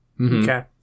Okay